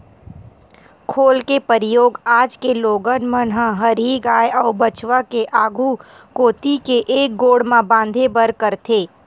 खोल के परियोग आज के लोगन मन ह हरही गाय अउ बछवा के आघू कोती के एक गोड़ म बांधे बर करथे